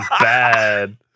bad